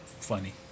funny